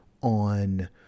on